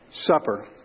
supper